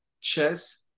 chess